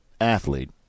athlete